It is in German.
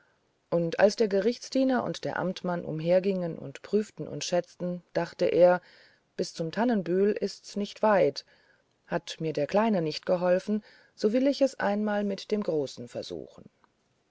und als die gerichtsdiener und der amtmann umhergingen und prüften und schätzten dachte er bis zum tannenbühl ist's nicht weit hat mir der kleine nichts geholfen so will ich es einmal mit dem großen versuchen